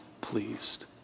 pleased